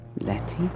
Letty